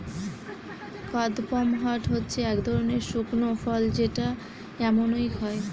কাদপমহাট হচ্ছে এক ধরনের শুকনো ফল যেটা এমনই খায়